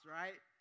right